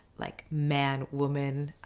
like man woman,